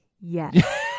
Yes